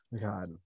God